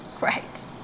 right